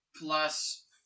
plus